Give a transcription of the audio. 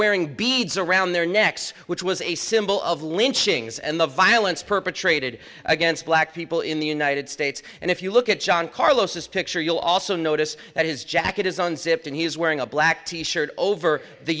wearing beats around their necks which was a symbol of lynchings and the violence perpetrated against black people in the united states and if you look at john carlos this picture you'll also notice that his jacket is on zipped and he's wearing a black t shirt over the